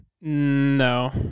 No